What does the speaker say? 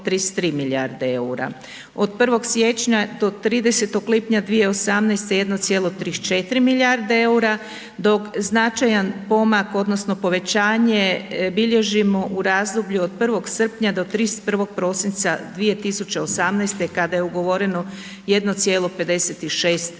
od 1. siječnja do 30. lipnja 2018. 1,34 milijarde EUR-a, dok značajan pomak odnosno povećanje bilježimo u razdoblju od 1. srpnja do 31. prosinca 2018. kada je ugovoreno 1,56 milijardi